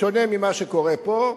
בשונה ממה שקורה פה,